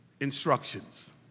instructions